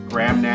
Graham